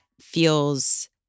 feels